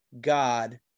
God